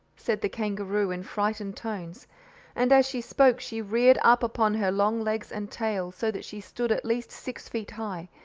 said the kangaroo, in frightened tones and as she spoke she reared up upon her long legs and tail, so that she stood at least six feet high,